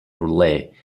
relay